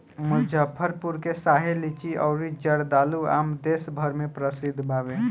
मुजफ्फरपुर के शाही लीची अउरी जर्दालू आम देस भर में प्रसिद्ध बावे